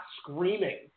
screaming